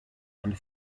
and